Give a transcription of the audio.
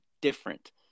different